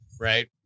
right